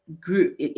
group